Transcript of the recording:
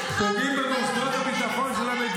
חברים שלך,